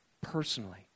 personally